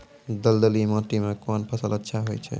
दलदली माटी म कोन फसल अच्छा होय छै?